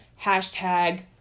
hashtag